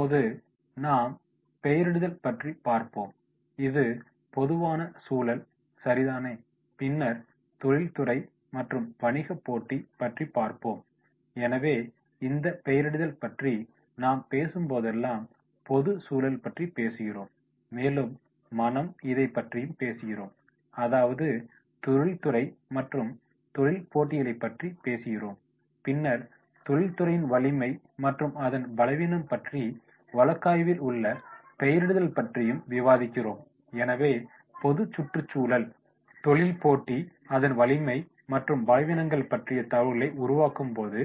இப்போது நாம் பெயரிடுதல் பற்றி பார்ப்போம் இது பொதுவான சூழல் சரிதானே பின்னர் தொழில்துறை மற்றும் வணிக போட்டி பற்றி பார்ப்போம் எனவே இந்த பெயரிடுதல் பற்றி நாம் பேசும்போதெல்லாம் பொது சூழல பற்றி பேசுகிறோம் மேலும் மனம் இதைபற்றியும் பேசுகிறோம் அதாவது தொழில்துறை மற்றும் தொழில் போட்டிகளைப் பற்றி பேசுகிறோம் பின்னர் தொழில்துறையின் வலிமை மற்றும் அதன் பலவீனம் பற்றி வழக்காய்வில் உள்ள பெயரிடுதல் பற்றியும் விவாதிக்கிறோம் எனவே பொது சுற்றுச்சூழல் தொழில் போட்டி அதன் வலிமை மற்றும் பலவீனங்கள் பற்றிய தகவல்களை உருவாக்கும் போது